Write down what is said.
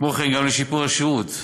כמו גם לשיפור השירות.